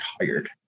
tired